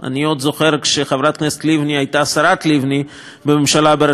כשחברת הכנסת לבני הייתה השרה לבני בממשלה בראשות נתניהו,